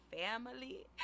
family